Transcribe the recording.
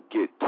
get